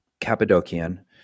Cappadocian